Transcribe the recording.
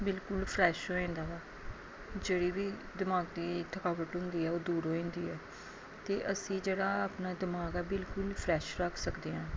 ਬਿਲਕੁਲ ਫਰੈਸ਼ ਹੋ ਜਾਂਦਾ ਵਾ ਜਿਹੜੀ ਵੀ ਦਿਮਾਗ ਦੀ ਥਕਾਵਟ ਹੁੰਦੀ ਹੈ ਉਹ ਦੂਰ ਹੋ ਜਾਂਦੀ ਹੈ ਅਤੇ ਅਸੀਂ ਜਿਹੜਾ ਆਪਣਾ ਦਿਮਾਗ ਆ ਬਿਲਕੁਲ ਫਰੈਸ਼ ਰੱਖ ਸਕਦੇ ਹਾਂ